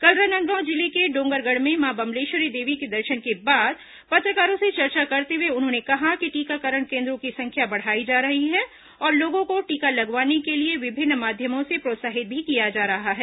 कल राजनांदगांव जिले के डोंगरगढ़ में मां बम्लेश्वरी देवी के दर्शन के बाद पत्रकारों से चर्चा करते हुए उन्होंने कहा कि टीकाकरण केन्द्रों की संख्या बढ़ाई जा रही है और लोगों को टीका लगवाने के लिए विभिन्न माध्यमों से प्रोत्साहित भी किया जा रहा है